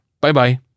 Bye-bye